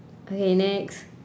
okay next